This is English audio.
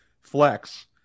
flex